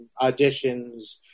auditions